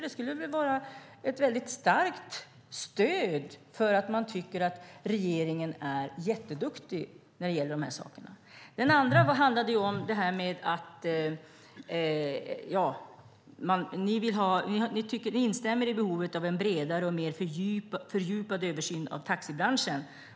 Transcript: Det skulle väl vara ett väldigt starkt stöd om man har uppfattningen att regeringen är jätteduktig när det gäller de här sakerna. Den andra frågan handlade om ert särskilda yttrande, där ni "instämmer i behovet av en bredare och mer fördjupad översyn av taxibranschen".